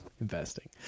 investing